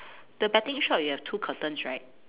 the betting shop you have two curtains right